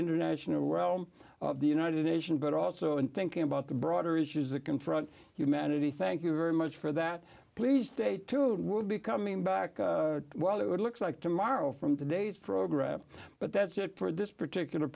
international realm of the united nations but also in thinking about the broader issues that confront humanity thank you very much for that please day two it would be coming back well it looks like tomorrow from today's program but that's it for this particular